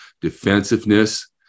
defensiveness